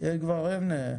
כבר אין.